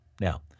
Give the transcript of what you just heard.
Now